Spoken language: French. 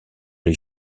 les